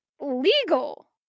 legal